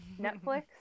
Netflix